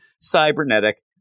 cybernetic